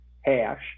hash